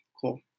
cool